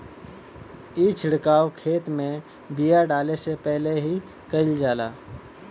ई छिड़काव खेत में बिया डाले से पहिले ही कईल जाला